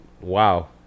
wow